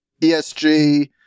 ESG